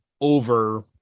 over